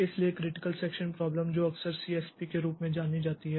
इसलिए critical section problem जो अक्सर सीएसपी के रूप में जानी जाती है